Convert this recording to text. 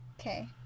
Okay